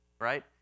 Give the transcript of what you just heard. right